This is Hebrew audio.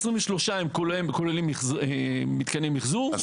23 הם כוללים מתקני מחזור.